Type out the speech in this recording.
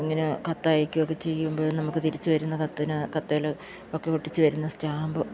ഇങ്ങന കത്തയക്കുക ഒക്കെ ചെയ്യുമ്പം നമുക്ക് തിരിച്ചു വരുന്ന കത്തിന് കത്തിൽ ഒക്കെ ഒട്ടിച്ചു വരുന്ന സ്റ്റാമ്പ്